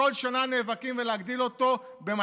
ולפני כשנה וחצי עמדתי כאן ודיברתי כנגד התקציב הדו-שנתי